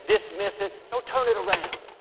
dismissive. no, turn it around.